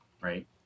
right